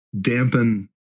dampen